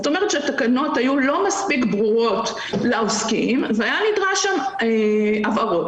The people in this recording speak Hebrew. זאת אומרת שהתקנות היו לא מספיק ברורות לעוסקים והיו נדרשות שם הבהרות.